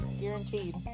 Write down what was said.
Guaranteed